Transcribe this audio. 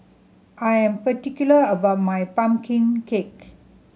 I am particular about my pumpkin cake